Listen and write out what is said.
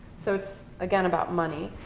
so it's, again, about money.